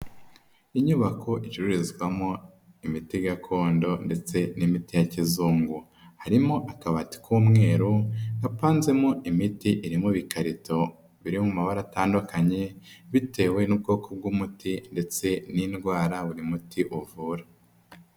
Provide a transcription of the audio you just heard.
Inyubako icururizwamo imiti gakondo ndetse n'imiti ya kizungu harimo akabati k'umweru gapanzemo imiti iri mu bikarito biri mu mabara atandukanye bitewe n'ubwoko bw'umuti ndetse n'indwara buri muti uvura.